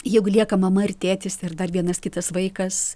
jeigu lieka mama ir tėtis ir dar vienas kitas vaikas